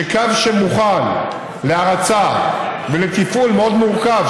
שקו שמוכן להרצה ולתפעול מאוד מורכב,